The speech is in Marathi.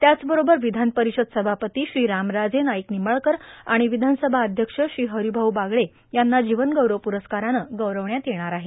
त्याचबरोबर विधान परिषद सभापती श्री रामराजे नाईक निंबाळकर आणि विधानसभा अध्यक्ष श्री हरिभाऊ बागळे यांना जीवनगौरव पुरस्कारानं गौरविण्यात येणार आहे